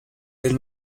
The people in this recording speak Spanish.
del